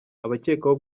abakekwaho